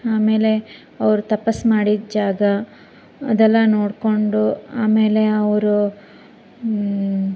ಆಮೇಲೆ ಅವ್ರು ತಪಸ್ಸು ಮಾಡಿದ ಜಾಗ ಅದೆಲ್ಲ ನೋಡಿಕೊಂಡು ಆಮೇಲೆ ಅವರು